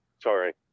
sorry